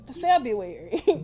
February